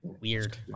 Weird